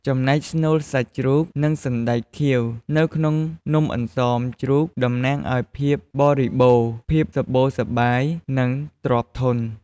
ចំណែកស្នូលសាច់ជ្រូក និងសណ្ដែកខៀវនៅក្នុងនំអន្សមជ្រូកតំណាងឲ្យ ភាពបរិបូណ៌ ភាពសម្បូរសប្បាយ និងទ្រព្យធន។